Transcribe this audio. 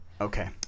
Okay